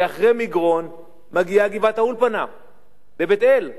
כי אחרי מגרון מגיעה גבעת-האולפנה בבית-אל,